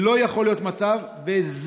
לא יכול להיות מצב כזה.